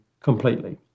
completely